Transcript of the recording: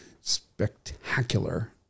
spectacular